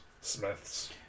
Smiths